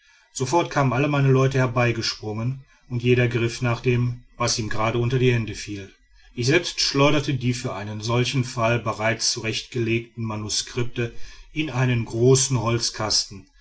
sofort kamen alle meine leute herbeigesprungen und jeder griff nach dem was ihm gerade unter die hände fiel ich selbst schleuderte die für einen solchen fall bereits zurechtgelegten manuskripte in einen großen holzkasten